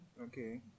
Okay